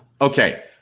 Okay